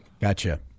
Gotcha